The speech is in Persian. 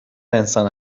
انسان